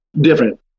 Different